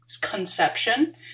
conception